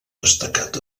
destacat